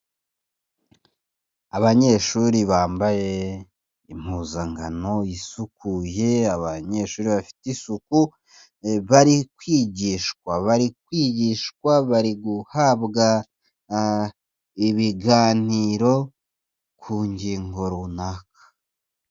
Abanyeshuri bambaye impuzankano isukuye, abanyeshuri bafite isuku, bari kwigishwa, bari kwigishwa bari guhabwa ibiganiro ku ngingo runaka.